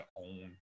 own